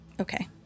Okay